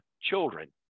children